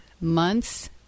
months